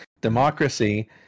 Democracy